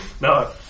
No